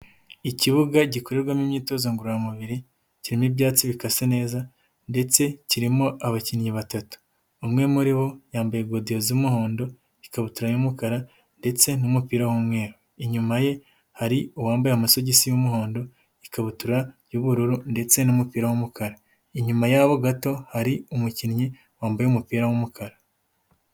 Ikibuga gikorerwamo imyitozo ngororamubiri kirimo ibyatsi bikase neza, ndetse kirimo abakinnyi batatu, umwe muri bo yambaye godiyo z'umuhondo, ikabutura y'umukara ndetse n'umupira w'umweru, inyuma ye hari uwambaye amasogisi y'umuhondo ikabutura y'ubururu ndetse n'umupira w'umukara, inyuma yaho gato hari umukinnyi wambaye umupira w'umukara.